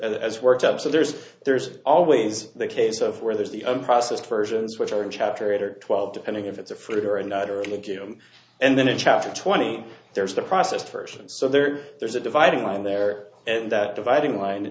as worked up so there's there's always the case of where there's the unprocessed versions which are in chapter eight or twelve depending if it's a for a night or early jim and then in chapter twenty there's a process person so there there's a dividing line there and that dividing line